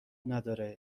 نداره